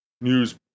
news